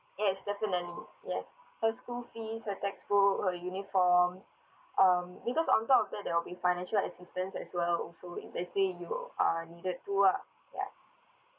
yes definitely yes her school fees her textbook her uniform um because on top of that there'll be financial assistance as well so if let's say you uh needed too ah ya